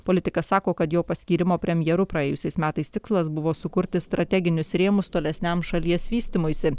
politikas sako kad jo paskyrimo premjeru praėjusiais metais tikslas buvo sukurti strateginius rėmus tolesniam šalies vystymuisi